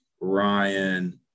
Ryan –